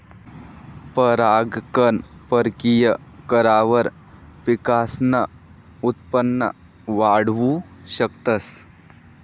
परागकण परकिया करावर पिकसनं उत्पन वाढाऊ शकतस